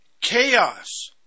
chaos